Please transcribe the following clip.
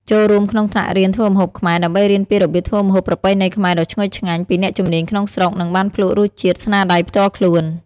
ចូលរួមក្នុងថ្នាក់រៀនធ្វើម្ហូបខ្មែរ ដើម្បីរៀនពីរបៀបធ្វើម្ហូបប្រពៃណីខ្មែរដ៏ឈ្ងុយឆ្ងាញ់ពីអ្នកជំនាញក្នុងស្រុក និងបានភ្លក់រសជាតិស្នាដៃផ្ទាល់ខ្លួន។